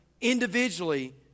individually